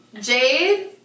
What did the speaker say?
Jade